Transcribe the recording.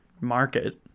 market